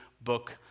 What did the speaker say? book